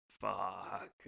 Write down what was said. fuck